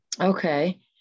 Okay